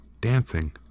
dancing